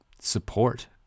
Support